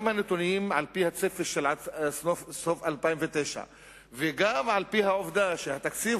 גם הנתונים על-פי הצפי של סוף 2009 וגם על-פי העובדה שהתקציב